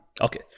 Okay